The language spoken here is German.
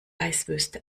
eiswüste